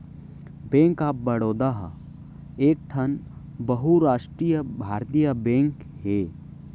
bank of Baroda ह एकठन बहुरास्टीय भारतीय बेंक हे